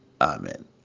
Amen